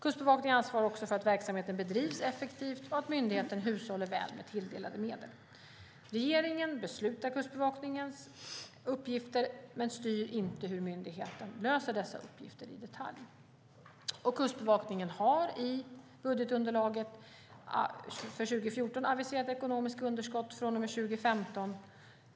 Kustbevakningen ansvarar också för att verksamheten bedrivs effektivt och att myndigheten hushåller väl med tilldelade medel. Regeringen beslutar Kustbevakningens uppgifter men styr inte hur myndigheten löser dessa uppgifter i detalj. Kustbevakningen har i budgetunderlaget för 2014 aviserat ekonomiska underskott från och med 2015.